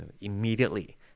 Immediately